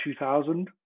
2000